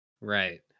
Right